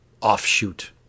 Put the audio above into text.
offshoot